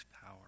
power